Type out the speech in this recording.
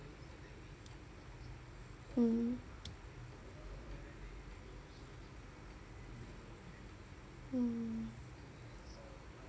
mm mm